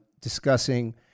discussing